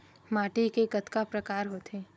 माटी के कतका प्रकार होथे?